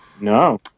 No